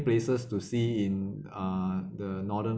places to see in uh the northern